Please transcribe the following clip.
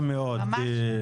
בקצרה מאוד.